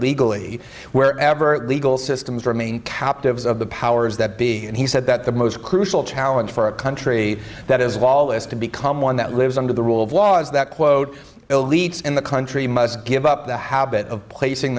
legally where ever legal systems remain captives of the powers that be and he said that the most crucial challenge for a country that is of all is to become one that lives under the rule of laws that quote elites in the country must give up the habit of placing